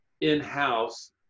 in-house